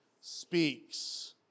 speaks